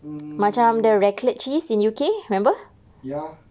mm ya